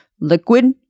liquid